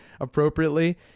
appropriately